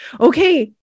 Okay